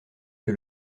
que